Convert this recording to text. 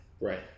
Right